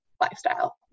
lifestyle